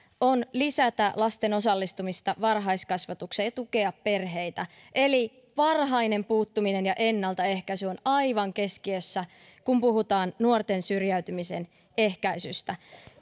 on lisätä lasten osallistumista varhaiskasvatukseen ja tukea perheitä eli varhainen puuttuminen ja ennaltaehkäisy ovat aivan keskiössä kun puhutaan nuorten syrjäytymisen ehkäisystä